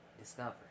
discover